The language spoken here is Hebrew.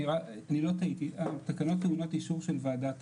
אני לא טעיתי, התקנות טעונות אישור של ועדת